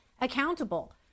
accountable